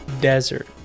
Desert